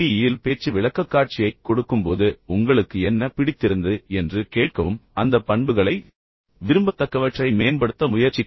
யில் பேச்சு விளக்கக்காட்சியைக் கொடுக்கும்போது உங்களுக்கு என்ன பிடித்திருந்தது என்று கேட்கவும் அந்த பண்புகளை விரும்பத்தக்கவற்றை மேம்படுத்த முயற்சிக்கவும்